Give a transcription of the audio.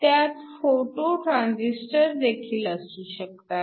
ह्यांत photo transistor देखील असू शकतात